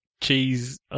cheese